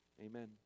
Amen